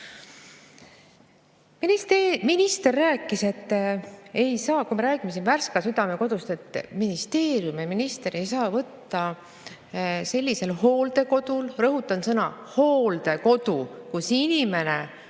Minister ütles, kui me rääkisime siin Värska Südamekodust, et ministeerium ja minister ei saa võtta selliselt hooldekodult – rõhutan sõna "hooldekodu", kus inimene